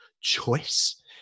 choice